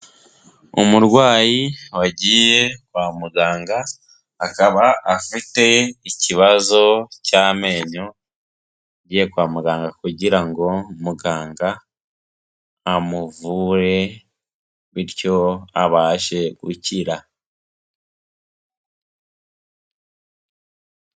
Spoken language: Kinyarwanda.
Umurwayi wagiye kwa muganga, akaba afite ikibazo cy'amenyo , agiye kwa muganga kugira ngo muganga amuvure bityo abashe gukira.